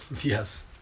yes